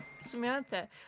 Samantha